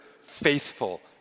faithful